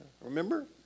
Remember